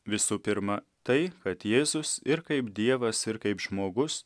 visų pirma tai kad jėzus ir kaip dievas ir kaip žmogus